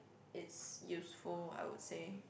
it's useful I would say